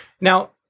now